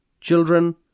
Children